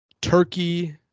turkey